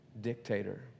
dictator